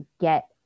get